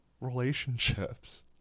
relationships